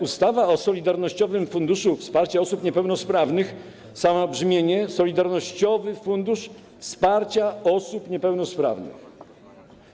Ustawa o Solidarnościowym Funduszu Wsparcia Osób Niepełnosprawnych, samo brzmienie nazwy: Solidarnościowy Fundusz Wsparcia Osób Niepełnosprawnych.